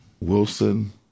Wilson